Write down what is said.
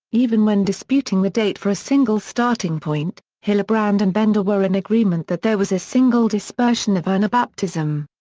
even when disputing the date for a single starting point hillerbrand and bender were in agreement that there was a single dispersion of anabaptism,